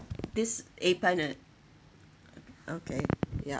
this appen uh okay ya